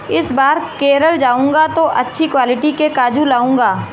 इस बार केरल जाऊंगा तो अच्छी क्वालिटी के काजू लाऊंगा